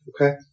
okay